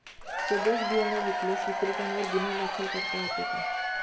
सदोष बियाणे विकल्यास विक्रेत्यांवर गुन्हा दाखल करता येतो का?